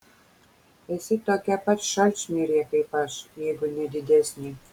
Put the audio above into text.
esi tokia pat šalčmirė kaip aš jeigu ne didesnė